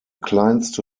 kleinste